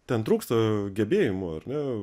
ten trūksta gebėjimų ar ne